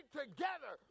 together